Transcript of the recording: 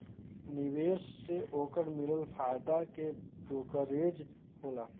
निवेश से ओकर मिलल फायदा के ब्रोकरेज होला